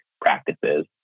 practices